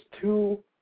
two